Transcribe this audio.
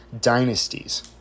dynasties